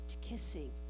kissing